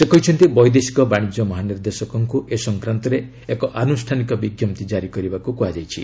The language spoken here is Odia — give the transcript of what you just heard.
ସେ କହିଛନ୍ତି ବୈଦେଶିକ ବାଣିଜ୍ୟ ମହାନିର୍ଦ୍ଦେକଙ୍କୁ ଏ ସଂକ୍ରାନ୍ତରେ ଏକ ଆନୁଷ୍ଠାନିକ ବିଞ୍ଜପ୍ତି କାରି କରିବାକୁ କୁହାଯାଇଛି